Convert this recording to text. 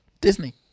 Disney